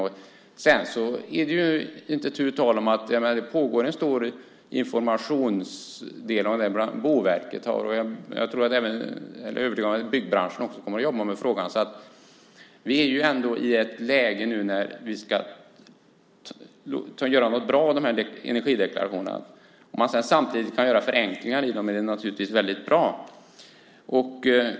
Det finns mycket information om detta. Bland annat har Boverket detta, och jag är övertygad om att byggbranschen också kommer att jobba med frågan. Vi är ändå i ett läge nu när vi ska göra något bra av de här energideklarationerna. Om man sedan samtidigt kan göra förenklingar i dem är det naturligtvis väldigt bra.